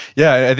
yeah,